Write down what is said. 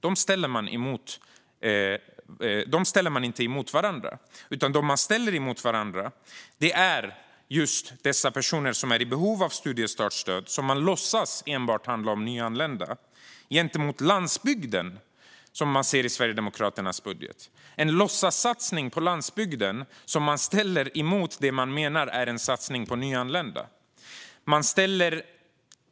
Dem ställer man inte mot varandra, utan dem man ställer mot varandra är just de personer som är i behov av studiestartsstöd - man låtsas att det enbart handlar om nyanlända - och landsbygden, som man ser i Sverigedemokraternas budget. Man ställer en låtsassatsning på landsbygden mot det man menar är en satsning på nyanlända.